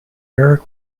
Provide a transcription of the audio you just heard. eric